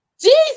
Jesus